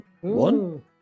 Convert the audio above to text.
one